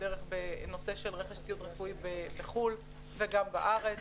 הדרך ברכש ציוד רפואי בחו"ל וגם בארץ,